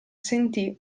sentì